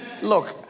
look